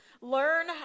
learn